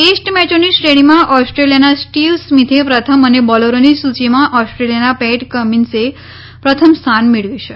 test મેચોની શ્રેણીમાં ઓસ્ટ્રેલિયાના સ્ટીવ સ્મીથે પ્રથમ અને બોલરોની સૂચિમાં ઓસ્ટ્રેલિયાના પેટ કમિન્સે પ્રથમ સ્થાન મેળવ્યું છે